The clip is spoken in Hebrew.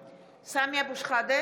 (קוראת בשמות חברי הכנסת) סמי אבו שחאדה,